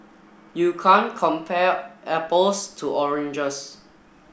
you can't compare apples to oranges